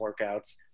workouts